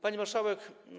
Pani Marszałek!